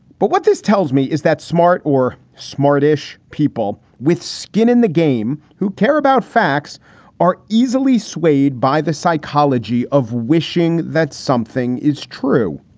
but what this tells me is that smart or smart ish people with skin in the game who care about facts are easily swayed by the psychology of wishing that something is true.